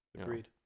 Agreed